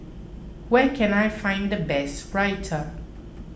where can I find the best Raita